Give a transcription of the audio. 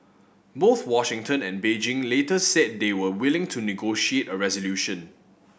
both Washington and Beijing later said they were willing to negotiate a resolution